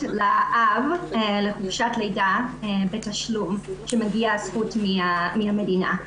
לאב לחופשת לידה בתשלום שמגיעה זכות מהמדינה.